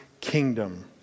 kingdom